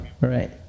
right